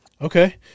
Okay